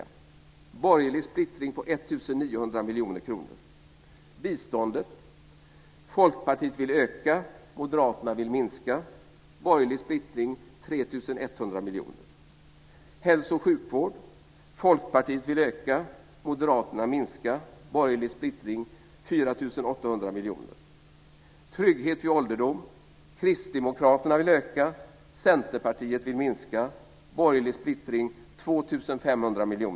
Det är en borgerlig splittring på 1 900 000 000 kr. För biståndet vill Folkpartiet öka, men Moderaterna vill minska - en borgerlig splittring på 3 100 000 000 kr. När det gäller hälso och sjukvård vill Folkpartiet öka, men Moderaterna minska. Det blir en borgerlig splittring på 4 800 000 000 kr. För trygghet vid ålderdom vill Kristdemokraterna öka, och Centerpartiet minska. Det blir en borgerlig splittring på 2 500 000 000 kr.